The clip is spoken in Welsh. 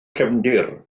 cefndir